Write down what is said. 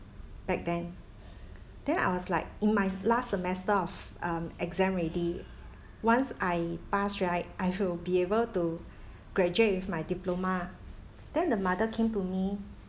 back then then I was like in my last semester of um exam already once I pass right I will be able to graduate with my diploma then the mother came to me